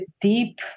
deep